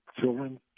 children